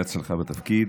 בהצלחה בתפקיד.